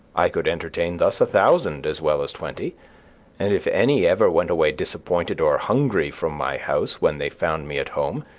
i could entertain thus a thousand as well as twenty and if any ever went away disappointed or hungry from my house when they found me at home,